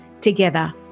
Together